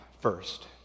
First